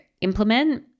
implement